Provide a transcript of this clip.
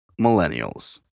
millennials